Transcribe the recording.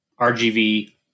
RGV